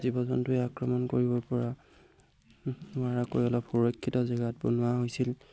জীৱ জন্তুৱে আক্ৰমণ কৰিব পৰা নোৱাৰাকৈ অলপ সুৰক্ষিত জেগাত বনোৱা হৈছিল